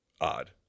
odd